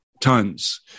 tons